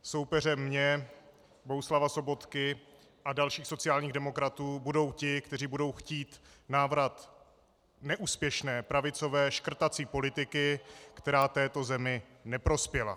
Soupeřem mým, Bohuslava Sobotky a dalších sociálních demokratů budou ti, kteří budou chtít návrat neúspěšné pravicové škrtací politiky, která této zemi neprospěla.